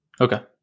Okay